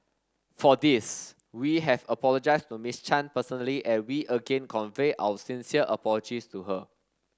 for this we have apologised to Miss Chan personally and we again convey our sincere apologies to her